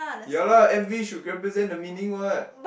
ya lah M_V should represent the meaning what